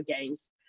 games